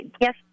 Yes